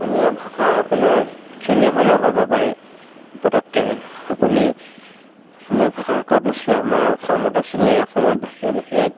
অসমীয়া ভাষাৰ আপোনাৰ যোনে হ'লেও ক'ব পাৰে পটককৈ আপুনি অসমীয়া ভাষাৰ ক'ত নাছিলে আমাৰ অসমতো আছিলে অসমৰ বাহিৰ বাহিৰত